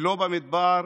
במדבר,